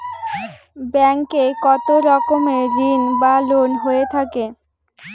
Bank এ কত রকমের ঋণ বা লোন হয়ে থাকে?